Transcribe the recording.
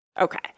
Okay